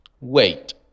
Wait